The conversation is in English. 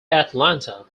atlanta